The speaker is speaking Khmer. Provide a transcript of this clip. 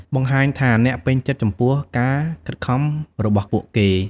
បង្ហាញថាអ្នកពេញចិត្តចំពោះការខិតខំរបស់ពួកគេ។